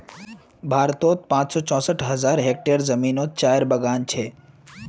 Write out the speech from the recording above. भारतोत पाँच सौ चौंसठ हज़ार हेक्टयर ज़मीनोत चायेर बगान छे